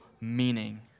meaning